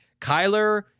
Kyler